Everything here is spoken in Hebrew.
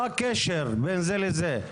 מה הקשר בין זה לזה?